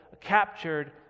captured